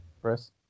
Chris